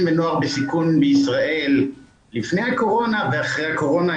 ונוער בסיכון בישראל לפני הקורונה ואחרי הקורונה,